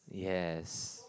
yes